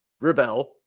rebel